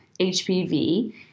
HPV